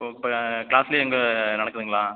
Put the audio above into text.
ஓ இப்போ க்ளாஸ்லே அங்கே நடக்குதுங்களா